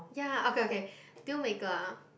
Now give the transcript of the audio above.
ya okay okay deal maker ah